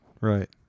right